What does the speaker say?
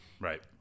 Right